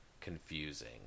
confusing